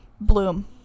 bloom